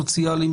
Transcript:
סוציאליים,